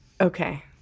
Okay